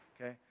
okay